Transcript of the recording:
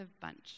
bunch